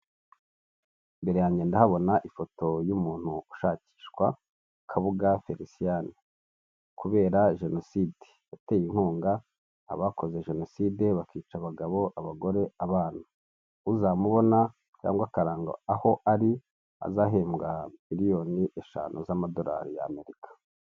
Imbere yange ndabona ifoto y'umuntu ushakishwa, Kabuga Feresiyani, kubera jenoside yateye inkunga abakoze jenoside bakica abagabo abagore abana, uzamubona cyangwa akaranga aho ari, azahembwa miliyoni eshanu z'amadorari y'Amerika.